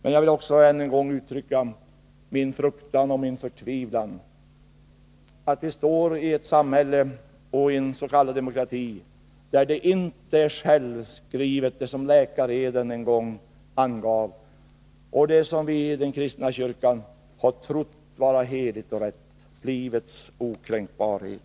Men jag vill också än en gång uttrycka min fruktan och min förtvivlan över att vi står i ett samhälle och i ens.k. demokrati, där det inte är självskrivet som läkareden en gång angav och som vi i den kristna kyrkan har trott vara heligt och rätt — livets okränkbarhet.